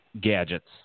gadgets